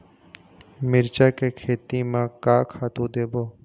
मिरचा के खेती म का खातू देबो?